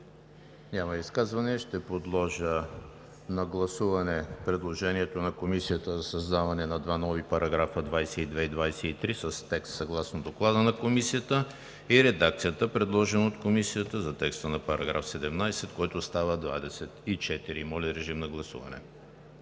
Няма изказвания. Ще подложа на гласуване предложението на Комисията за създаване на два нови параграфа 22 и 23 с текст съгласно Доклада на Комисията и редакцията, предложена от Комисията за текста на § 17, който става § 24. Благодаря